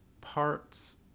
parts